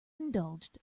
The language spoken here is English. indulged